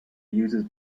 uses